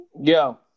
Yo